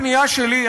הפניה שלי,